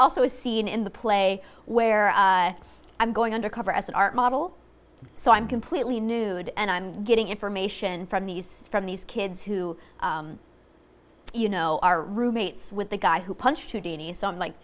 also a scene in the play where i'm going undercover as an art model so i'm completely nude and i'm getting information from these from these kids who you know are roommates with the guy who punched houdini so i'm like